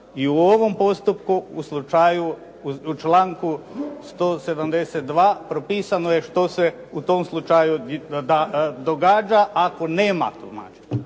i u ovom postupku u slučaju, u članku 172. propisano je što se u tom slučaju događa, ako nema tumačenja.